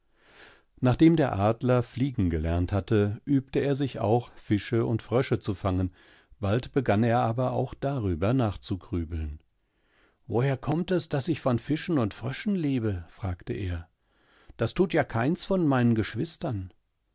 nachdem der adler fliegen gelernt hatte übte er sich auch fische und fröschezufangen baldbeganneraberauchdarübernachzugrübeln woher kommt es daß ich von fischen und fröschen lebe fragte er das tut ja keins von meinen geschwistern